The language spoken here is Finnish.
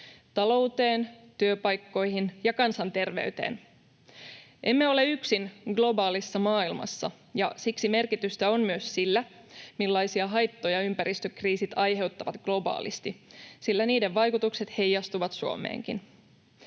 talouteen, työpaikkoihin ja kansanterveyteen. Emme ole yksin globaalissa maailmassa, ja siksi merkitystä on myös sillä, millaisia haittoja ympäristökriisit aiheuttavat globaalisti, sillä niiden vaikutukset heijastuvat Suomeenkin.